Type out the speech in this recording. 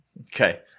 Okay